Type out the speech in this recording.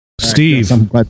Steve